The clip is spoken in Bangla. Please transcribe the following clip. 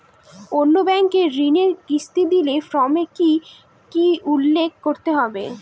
অন্য ব্যাঙ্কে ঋণের কিস্তি দিলে ফর্মে কি কী উল্লেখ করতে হবে?